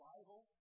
Bible